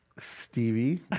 Stevie